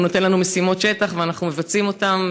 הוא נותן לנו משימות שטח ואנחנו מבצעים אותן.